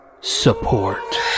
support